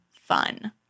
fun